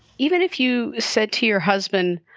even if you said to your husband,